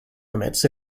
limits